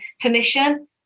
permission